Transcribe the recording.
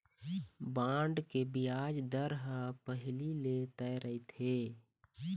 bond के बियाज दर ह पहिली ले तय रहिथे